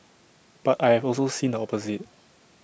but I have also seen the opposite